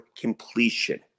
completion